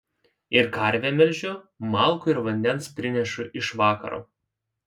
ir karvę melžiu malkų ir vandens prinešu iš vakaro